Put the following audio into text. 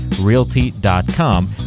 realty.com